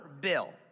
bill